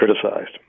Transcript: criticized